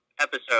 episode